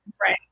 Right